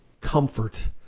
comfort